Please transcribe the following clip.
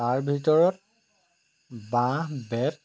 তাৰ ভিতৰত বাঁহ বেত